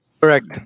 Correct